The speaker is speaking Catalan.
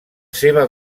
seva